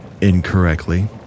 Incorrectly